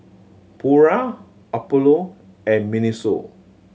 Pura Apollo and MINISO